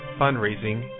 fundraising